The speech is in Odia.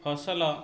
ଫସଲ